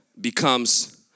becomes